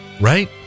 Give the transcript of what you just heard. right